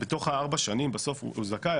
בסוף הוא זכאי,